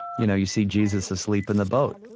you know you see jesus asleep in the boat.